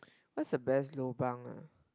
what's the best lobang ah